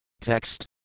Text